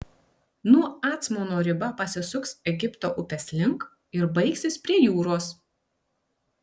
nuo acmono riba pasisuks egipto upės link ir baigsis prie jūros